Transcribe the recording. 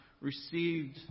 received